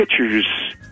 pitchers